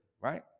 right